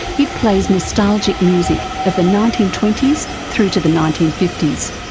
it plays nostalgic music of the nineteen twenty s through to the nineteen fifty s.